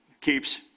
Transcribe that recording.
keeps